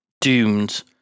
doomed